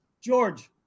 George